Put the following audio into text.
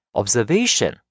observation